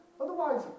Otherwise